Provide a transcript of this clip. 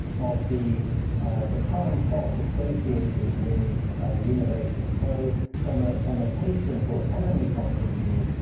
of the the time cost associated with the innovation. so from ah from a patient or a family point of view,